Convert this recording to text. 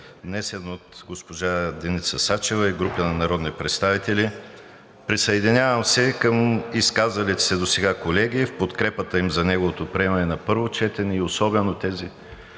внесен от госпожа Деница Сачева и група народни представители. Присъединявам се към изказалите се досега колеги в подкрепата им за неговото приемане на първо четене и особено тези